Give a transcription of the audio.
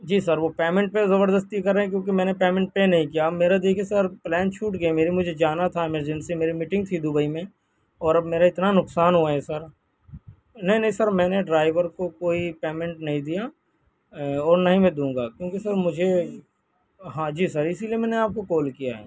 جی sir وہ payment پہ زبردستی کر رہے ہیں کیوںکہ میں نے پیمنٹ پے نہیں کیا اب میرا دیکھیے سر پلین چھوٹ گیا مجھے جانا تھا ایمرجنسی میری میٹنگ تھی دبئی میں اور اب میرا اتنا نقصان ہوا ہے سر نہیں نہیں سر میں نے ڈرائیور کوئی پیمنٹ نہیں دیا اور نہ ہی میں دوں گا کیوںکہ سر مجھے ہاں جی سر اسی لیے میں نے آپ کو کال کیا ہے